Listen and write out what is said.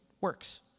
works